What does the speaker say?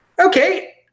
Okay